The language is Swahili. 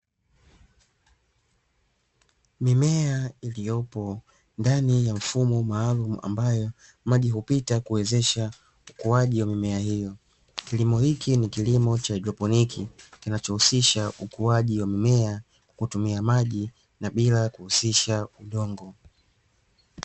Mimea iliyopo ndani ya mfumo maalumu ambayo maji hupita kuwezesha ukuaji wa mimea hiyo, kilimo hiki ni kilimo cha haidroponi kinachohusisha ukuaji wa mimea kutumia maji na bila kuhusisha udongo.